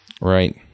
Right